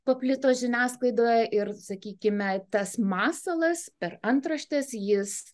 paplito žiniasklaidoje ir sakykime tas masalas per antraštes jis